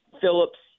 Phillips